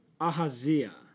Ahaziah